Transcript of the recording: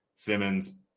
Simmons